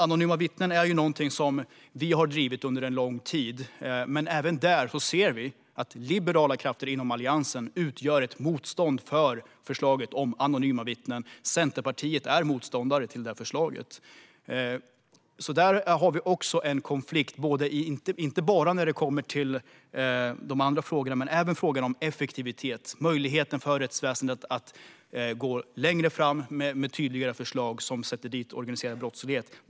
Frågan om anonyma vittnen har vi drivit under lång tid. Vi ser dock att liberala krafter inom Alliansen motsätter sig förslaget om anonyma vittnen; Centerpartiet är motståndare till detta förslag. Vi har alltså även en konflikt i fråga om effektivitet och möjlighet för rättsväsendet att gå längre med tydliga förslag som sätter dit den organiserade brottsligheten.